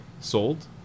sold